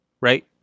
right